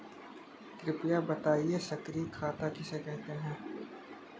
कृपया बताएँ सक्रिय खाता किसे कहते हैं?